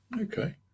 Okay